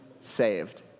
saved